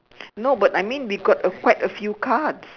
no but I mean we got a quite a few cards